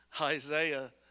Isaiah